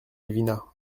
malvina